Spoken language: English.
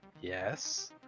yes